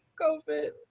COVID